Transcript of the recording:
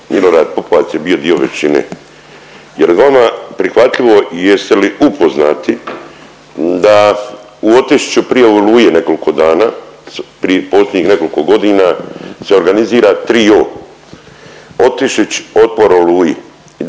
Milorad Pupovac je bio dio većine. Jel vama prihvatljivo i jest li upoznati da u Otišiću prije Oluje nekoliko dana posljednjih nekoliko godina se organizira tri O „Otišić otpor Oluji“ i